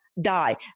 die